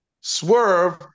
swerve